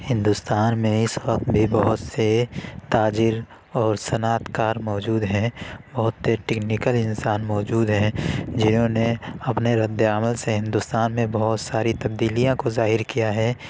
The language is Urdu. ہندوستان میں اس وقت بھی بہت سے تاجر اور صنعت کار موجود ہیں بہت ٹیکنیکل انسان موجود ہیں جنہوں نے اپنے رد عمل سے ہندوستان میں بہت ساری تبدیلیاں کو ظاہر کیا ہے